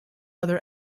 other